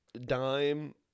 Dime